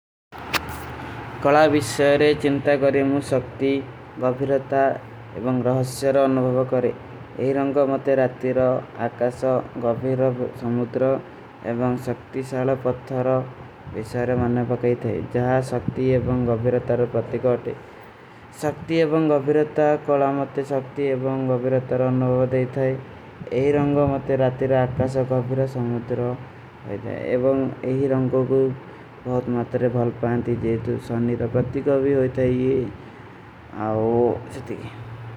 କଲା ଵିଶ୍ଵେରେ ଚିଂତା କରେମୂ ସକ୍ତୀ, ଗଫିରତା ଏବଂ ଗହସ୍ଯର ଅନୁଭଵ କରେଂ। ଏହୀ ରଂଗ ମତେ ରାତୀର ଆକାସା, ଗଫିରତା ସମୁଦ୍ର ଏବଂ ସକ୍ତୀ ସାଲା ପତ୍ଥାର ଵିଶ୍ଵେରେ ମନନେ ପକେ ଥୈ। ଜହା ସକ୍ତୀ ଏବଂ ଗଫିରତାର ପତ୍ତିକଟେ। ସକ୍ତୀ ଏବଂ ଗଫିରତା, କଲା ମତେ ସକ୍ତୀ ଏବଂ ଗଫିରତାର ଅନୁଭଵ ଦେ ଥୈ। ଏହୀ ରଂଗ ମତେ ରାତୀର ଆକାସା, ଗଫିରତା ସମୁଦ୍ର ହୈ ଥୈ। ଏବଂ ଏହୀ ରଂଗୋ କୋ ବହୁତ ମତରେ ଭଲପାଂତୀ ଜେତୂ ସନିରପତ୍ତି କଭୀ ହୈ ଥୈ। ଆଓ।